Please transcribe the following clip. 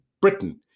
Britain